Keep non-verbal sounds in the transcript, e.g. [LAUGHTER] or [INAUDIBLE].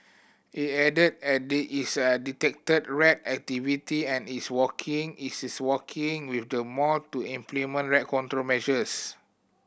it added add is a detected rat activity and is working [UNINTELLIGIBLE] working with the mall to implement rat control measures